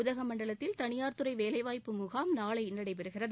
உதகமண்டலத்தில் தனியார் துறை வேலைவாய்ப்பு முகாம் நாளை நடைபெறுகிறது